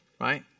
right